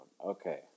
okay